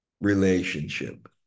relationship